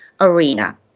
arena